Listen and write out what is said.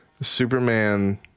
Superman